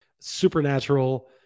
supernatural